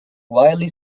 wildly